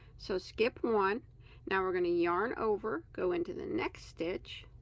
so skip one now we're going to yarn over go into the next stitch